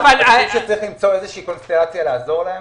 אתה מסכים שצריך למצוא איזושהי קונסטלציה לעזור להם?